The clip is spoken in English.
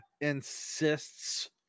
insists